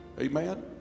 Amen